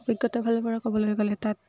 অভিজ্ঞতা ফালৰ পা ক'বলৈ গ'লে তাত